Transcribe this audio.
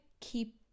keep